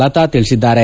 ಲತಾ ತಿಳಿಸಿದ್ದಾರೆ